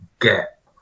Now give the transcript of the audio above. get